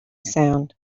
sound